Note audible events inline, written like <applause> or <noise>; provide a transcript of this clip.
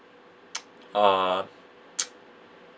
<noise> uh <noise>